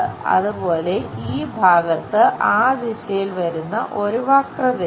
അതുപോലെ ഈ ഭാഗത്ത് ആ ദിശയിൽ വരുന്ന ഒരു വക്രതയുണ്ട്